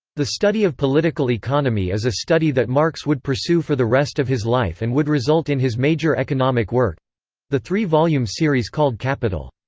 the study of political economy is a study that marx would pursue for the rest of his life and would result in his major economic work the three-volume series called capital.